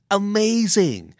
amazing